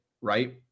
right